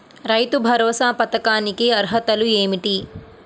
రైతు భరోసా పథకానికి అర్హతలు ఏమిటీ?